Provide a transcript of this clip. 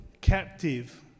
captive